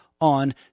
on